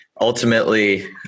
ultimately